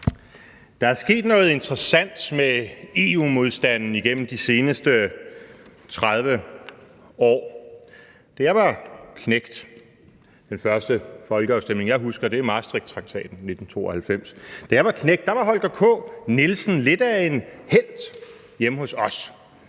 Der er sket noget interessant med EU-modstanden igennem de seneste 30 år. Da jeg var knægt – den første folkeafstemning, som jeg husker, var om Maastrichttraktaten i 1992 – var Holger K. Nielsen lidt af en helt hjemme hos os.